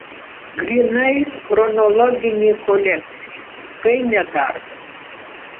grynai chronologinė kolekcija tai ne darbas